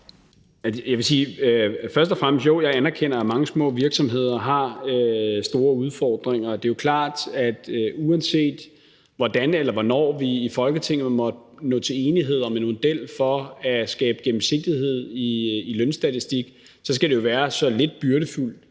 fremmest sige, at jo, jeg anerkender, at mange små virksomheder har store udfordringer. Det er jo klart, at uanset hvordan eller hvornår vi i Folketinget måtte nå til enighed om en model for at skabe gennemsigtighed i lønstatistik, skal det være så lidt byrdefuldt